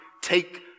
take